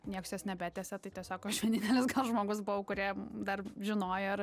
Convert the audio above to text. nieks jos nebetęsia tai tiesiog aš vienintelis žmogus buvau kuriem dar žinojo ir